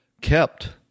kept